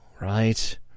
right